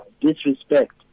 disrespect